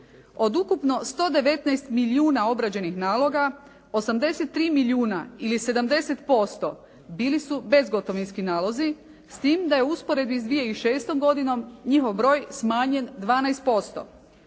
Od ukupno 119 milijuna obrađenih naloga 83 milijuna ili 70% bili su bezgotovinski nalozi, s tim da je u usporedbi s 2006. godinom njihov broj smanjen 12%.